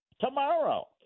tomorrow